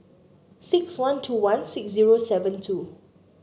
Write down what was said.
six one two one six zero seven two